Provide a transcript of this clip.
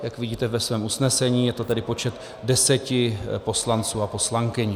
Jak vidíte ve svém usnesení, je to tedy počet deseti poslanců a poslankyň.